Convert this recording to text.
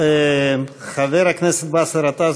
חבר הכנסת באסל גטאס,